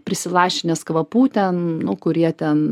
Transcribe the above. prisilašinęs kvapų ten nu kurie ten